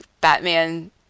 Batman